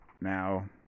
Now